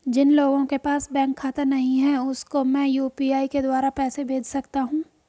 जिन लोगों के पास बैंक खाता नहीं है उसको मैं यू.पी.आई के द्वारा पैसे भेज सकता हूं?